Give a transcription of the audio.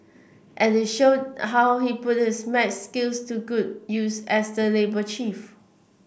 and he showed how he put his maths skills to good use as the labour chief